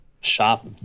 Shop